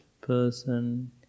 person